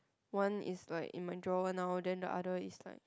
one is like in my drawer now then the other is like